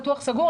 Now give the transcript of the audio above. פתוח סגור,